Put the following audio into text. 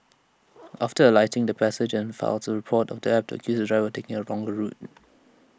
after alighting the passenger then files A report the app to accuse the driver taking A longer route